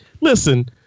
listen